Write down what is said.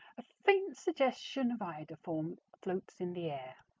a faint suggestion of iodoform floats in the air.